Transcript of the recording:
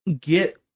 get